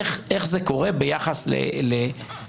איך זה קורה ביחס לחוסים?